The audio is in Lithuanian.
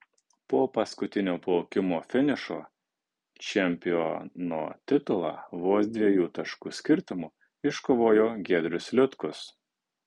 po paskutinio plaukimo finišo čempiono titulą vos dviejų taškų skirtumu iškovojo giedrius liutkus